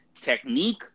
technique